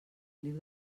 feliu